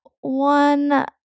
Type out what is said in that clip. one